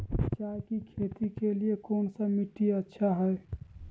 चाय की खेती के लिए कौन मिट्टी अच्छा हाय?